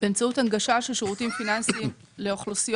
באמצעות הנגשה של שירותים פיננסיים לאוכלוסיות